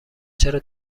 چرا